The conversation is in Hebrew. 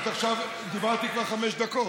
עד עכשיו דיברתי כבר חמש דקות.